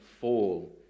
Fall